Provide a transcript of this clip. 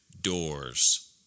doors